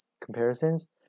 comparisons